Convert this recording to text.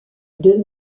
deux